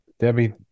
Debbie